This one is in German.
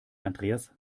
andreas